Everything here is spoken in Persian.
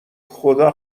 خدا